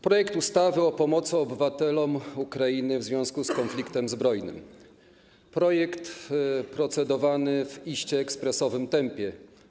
Projekt ustawy o pomocy obywatelom Ukrainy w związku z konfliktem zbrojnym, projekt procedowany w iście ekspresowym tempie.